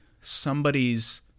somebody's